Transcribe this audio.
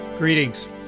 Greetings